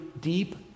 deep